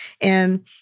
And-